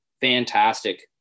Fantastic